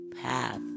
path